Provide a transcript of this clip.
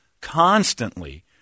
constantly